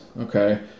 Okay